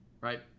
right